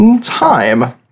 time